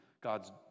God's